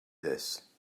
this